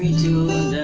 to